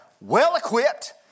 well-equipped